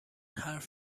حرف